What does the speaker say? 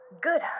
good